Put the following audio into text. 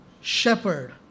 shepherd